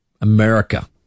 America